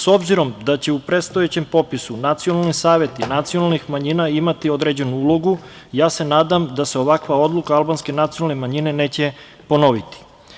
S obzirom da će u predstojećem popisu nacionalni saveti nacionalnih manjina imati određenu ulogu, nadam se da se ovakva uloga albanske nacionalne manjine neće ponoviti.